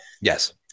yes